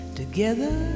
together